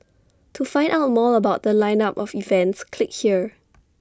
to find out more about The Line up of events click here